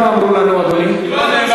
לא נכון, אדוני היושב-ראש.